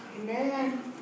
Amen